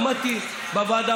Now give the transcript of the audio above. עמדתי בוועדה,